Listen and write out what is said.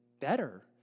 better